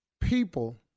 People